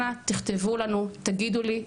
אנא תכתבו לנו, תגידו לי,